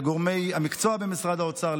לגורמי המקצוע במשרד האוצר,